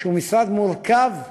שהוא משרד מורכב,